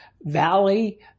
valley